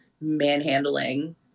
manhandling